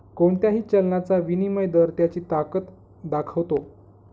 कोणत्याही चलनाचा विनिमय दर त्याची ताकद दाखवतो